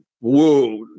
Whoa